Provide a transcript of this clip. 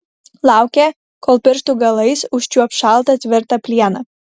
laukė kol pirštų galais užčiuops šaltą tvirtą plieną